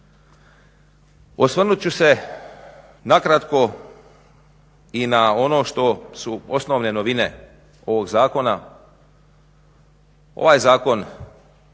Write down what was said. Osvrnut ću se nakratko i na ono što su osnovne novine ovog zakona. Ovaj zakon